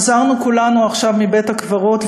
חזרנו כולנו עכשיו מבית-הקברות,